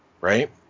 right